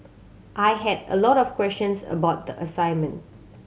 I had a lot of questions about the assignment